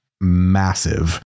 massive